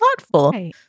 thoughtful